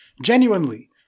genuinely